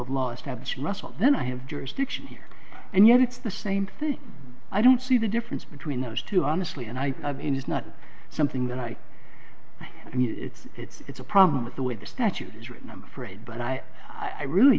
of law stabs russell then i have jurisdiction here and yet it's the same thing i don't see the difference between those two honestly and i i mean it's not something that i i mean it's it's a problem with the way the statute is written i'm fraid but i i really